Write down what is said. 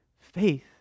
Faith